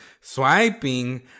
swiping